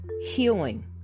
healing